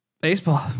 Baseball